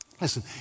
Listen